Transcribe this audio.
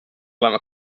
olema